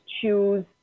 choose